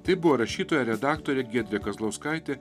tai buvo rašytoja redaktorė giedrė kazlauskaitė